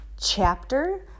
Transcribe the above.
chapter